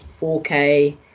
4k